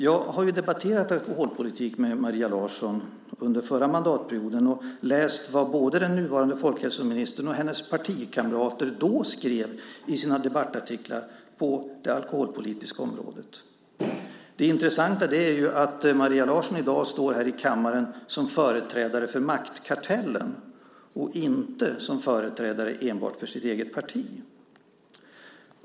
Jag har ju debatterat alkoholpolitik med Maria Larsson under förra mandatperioden och läst vad både den nuvarande folkhälsoministern och hennes partikamrater då skrev i sina debattartiklar på det alkoholpolitiska området. Det intressanta är ju att Maria Larsson i dag står här i kammaren som företrädare för maktkartellen och inte som företrädare enbart för sitt eget parti.